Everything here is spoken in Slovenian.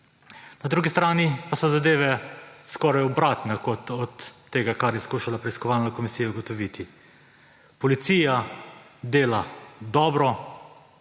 Na drugi strani pa so zadeve skoraj obratne od tega, kar je skušala preiskovalna komisija ugotoviti. Policija dela dobro,